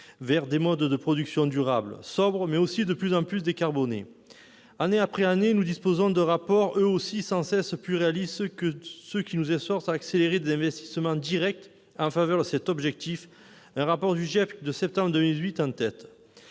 vers des modes de production durables, sobres, mais aussi de plus en plus décarbonés. Année après année, nous disposons de rapports à leur tour sans cesse plus réalistes, qui nous exhortent à accélérer des investissements directs en faveur de cet objectif : rapport du GIEC de septembre 2018, en tête.